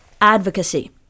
advocacy